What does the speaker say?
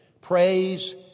Praise